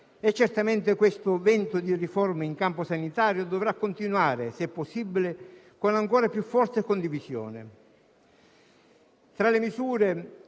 Certamente questo vento di riforme in campo sanitario dovrà continuare, se possibile, con ancora più forte condivisione. Tra le misure